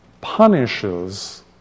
punishes